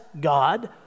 God